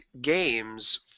games